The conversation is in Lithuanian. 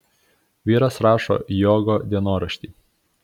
vyras rašo jogo dienoraštį